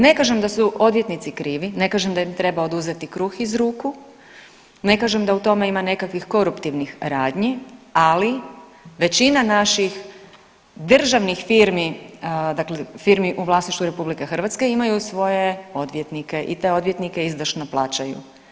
Ne kažem da su odvjetnici krivi, ne kažem da im treba oduzeti kruh iz ruku, ne kažem da u tome ima nekakvih koruptivnih radnji ali većina naših državnih firmi, dakle firmi u vlasništvu Republike Hrvatske imaju svoje odvjetnike i te odvjetnike izdašno plaćaju.